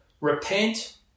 repent